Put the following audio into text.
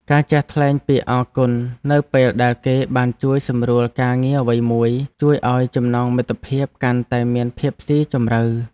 ការចេះថ្លែងពាក្យអរគុណនៅពេលដែលគេបានជួយសម្រួលការងារអ្វីមួយជួយឱ្យចំណងមិត្តភាពកាន់តែមានភាពស៊ីជម្រៅ។